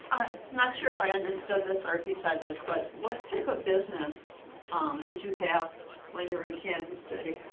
i'm not sure if i understood this, or if you said this, but what type of business um did you have when you were in kansas city?